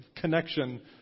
connection